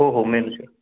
हो हो मेनू शेक